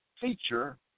feature